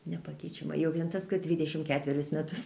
nepakeičiamą jau vien tas kad dvidešim ketverius metus